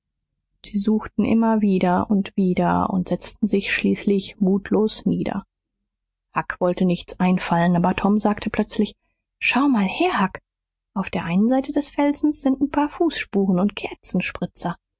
sie suchten immer wieder und wieder und setzten sich schließlich mutlos nieder huck wollte nichts einfallen aber tom sagte plötzlich schau mal her huck auf der einen seite des felsens sind n paar fußspuren und